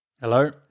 Hello